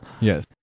Yes